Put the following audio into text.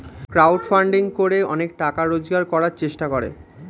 crowd funding করে অনেকে টাকা রোজগার করার চেষ্টা করে